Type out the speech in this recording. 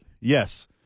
Yes